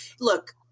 Look